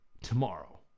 tomorrow